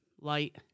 light